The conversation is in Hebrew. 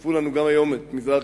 צירפו לנו היום גם את מזרח-ירושלים,